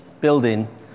building